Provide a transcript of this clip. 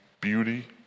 beauty